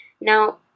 now